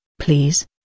please